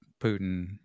Putin